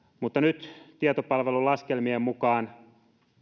mutta nyt tietopalvelulaskelmien mukaan